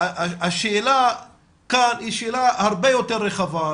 השאלה כאן היא שאלה הרבה יותר רחבה,